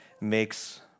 makes